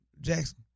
Jackson